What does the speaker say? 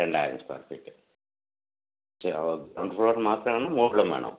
രണ്ടായിരം square feet ground floor മാത്രമാണോ മുകളിലും വേണോ